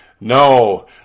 No